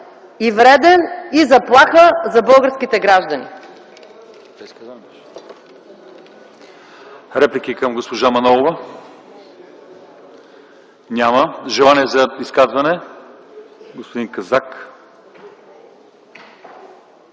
вреден и заплаха за българските граждани.